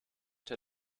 der